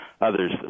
others